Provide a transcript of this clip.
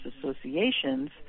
associations